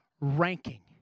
ranking